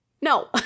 no